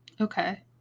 okay